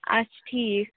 اَچھا ٹھیٖک